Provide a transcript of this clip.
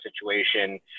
situation